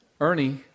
Ernie